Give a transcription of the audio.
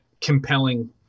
compelling